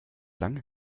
lange